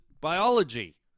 biology